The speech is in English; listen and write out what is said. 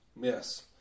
Yes